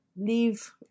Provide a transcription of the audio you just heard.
leave